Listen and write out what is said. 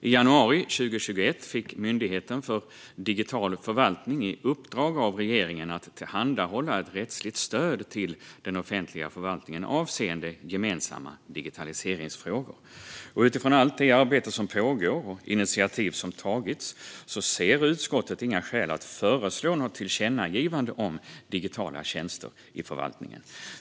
I januari i år fick Myndigheten för digital förvaltning i uppdrag av regeringen att tillhandahålla rättsligt stöd till den offentliga förvaltningen avseende gemensamma digitaliseringsfrågor. Utifrån allt det arbete som pågår och de initiativ som tagits ser utskottet inget skäl att föreslå något tillkännagivande om digitala tjänster i förvaltningen.